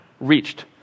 reached